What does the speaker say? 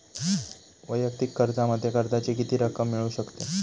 वैयक्तिक कर्जामध्ये कर्जाची किती रक्कम मिळू शकते?